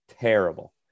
terrible